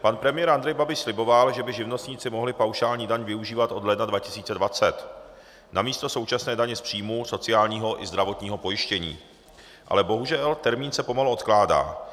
Pan premiér Andrej Babiš sliboval, že by živnostníci mohli paušální daň využívat od ledna 2020 namísto současné daně z příjmů, sociálního i zdravotního pojištění, ale bohužel, termín se pomalu odkládá.